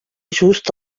just